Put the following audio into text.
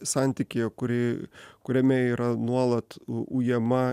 santykyje kuri kuriame yra nuolat ujama